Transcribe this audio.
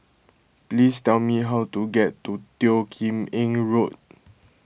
please tell me how to get to Teo Kim Eng Road